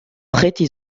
preti